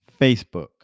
Facebook